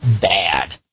bad